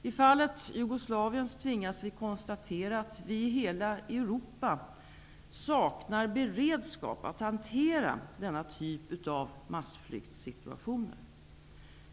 I fallet Jugoslavien tvingas vi konstatera att vi i hela Europa saknar beredskap att hantera denna typ av massflyktssituationer.